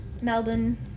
Melbourne